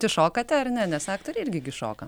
pati šokate ar ne nes aktoriai irgi gi šoka